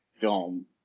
film